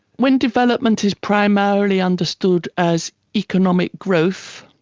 when development is primarily understood as economic growth,